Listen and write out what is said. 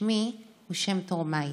שמי הוא שם תורמיי.